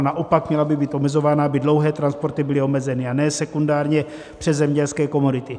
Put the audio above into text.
Naopak, měla by být omezována, aby dlouhé transporty byly omezeny, a ne sekundárně přes zemědělské komodity.